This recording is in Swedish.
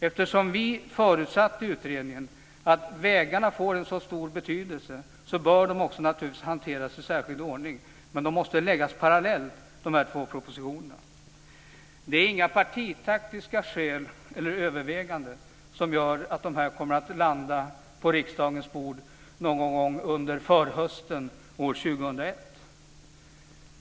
Eftersom vi i utredningen förutsatte att vägarna får en så stor betydelse bör de naturligtvis också hanteras i särskild ordning, men de två propositionerna måste läggas parallellt. Det är inga partitaktiska skäl eller överväganden som gör att propositionerna kommer att landa på riksdagens bord någon gång under förhösten år 2001.